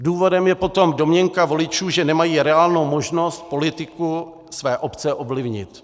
Důvodem je potom domněnka voličů, že nemají reálnou možnost politiku své obce ovlivnit.